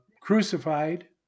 crucified